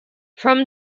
from